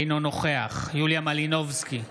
אינו נוכח יוליה מלינובסקי,